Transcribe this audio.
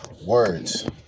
words